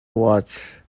watch